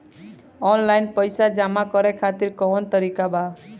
Online पइसा जमा करे खातिर कवन तरीका बा?